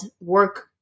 work